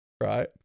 right